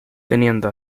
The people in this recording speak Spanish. teniendo